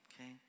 okay